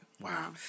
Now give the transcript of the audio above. Wow